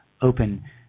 open